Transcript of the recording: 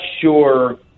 sure